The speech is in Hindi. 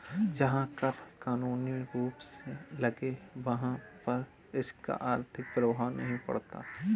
जहां कर कानूनी रूप से लगे वहाँ पर इसका आर्थिक प्रभाव नहीं पड़ता